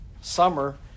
summer